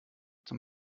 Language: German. zum